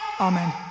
Amen